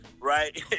right